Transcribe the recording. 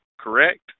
Correct